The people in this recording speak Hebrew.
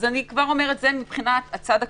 זה מבחינת הצד הכלכלי,